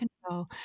control